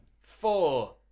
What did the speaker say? four